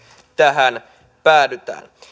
tähän päädytään